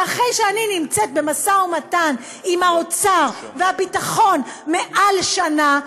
ואחרי שאני נמצאת במשא ומתן עם האוצר והביטחון מעל לשנה,